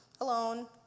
alone